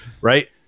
right